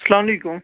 اَلسلامُ علیکُم